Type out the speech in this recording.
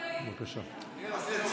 הוא מפריע לי, קשקשן.